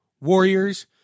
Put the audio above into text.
Warriors